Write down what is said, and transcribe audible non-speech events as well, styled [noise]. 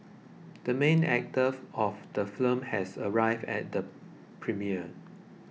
the main actor [unintelligible] of the movie has arrived at the premiere